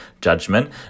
judgment